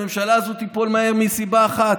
הממשלה הזו תיפול מהר מסיבה אחת.